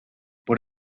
por